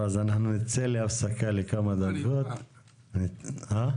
אנחנו נצא להפסקה לכמה דקות -- לא,